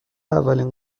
اولین